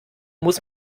muss